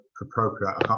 appropriate